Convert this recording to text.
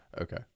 Okay